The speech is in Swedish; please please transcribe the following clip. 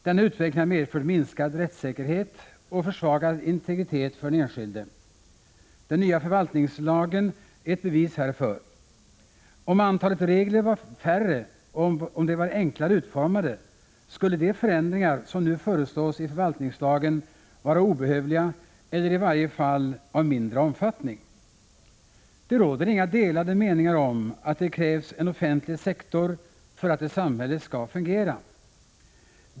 Denna utveckling har medfört minskad rättssäkerhet och försvagad integritet för den enskilde. Den nya förvaltningslagen är ett bevis härför. Om antalet regler var färre och om de var enklare utformade, skulle de förändringar som nu föreslås i förvaltningslagen vara obehövliga eller i varje fall av mindre omfattning. Det råder inga delade meningar om att det krävs en offentlig sektor för att ett samhälle skall fungera.